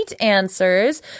answers